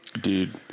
Dude